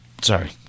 Sorry